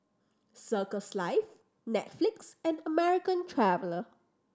Circles Life Netflix and American Traveller